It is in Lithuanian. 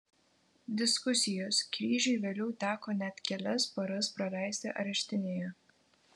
diskusijos kryžiui vėliau teko net kelias paras praleisti areštinėje